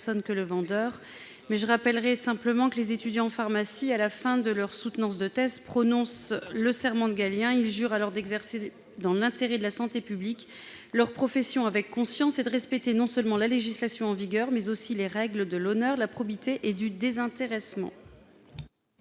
que le vendeur. Je rappellerai simplement que les étudiants en pharmacie, à la fin de leur soutenance de thèse, prononcent le serment de Galien : ils jurent alors d'exercer leur profession dans l'intérêt de la santé publique et avec conscience, et de respecter, non seulement la législation en vigueur, mais aussi les règles de l'honneur, de la probité et du désintéressement.